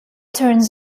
turns